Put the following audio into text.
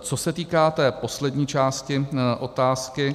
Co se týká té poslední části otázky.